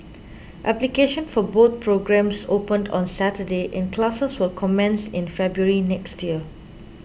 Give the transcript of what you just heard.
application for both programmes opened on Saturday and classes will commence in February next year